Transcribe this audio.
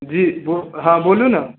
जी हँ बोलू न